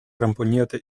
ramponierte